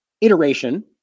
iteration